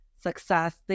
success